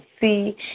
see